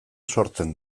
sortzen